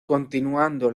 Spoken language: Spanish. continuando